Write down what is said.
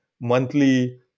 monthly